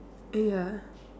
ya